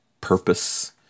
purpose